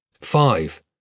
five